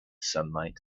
sunlight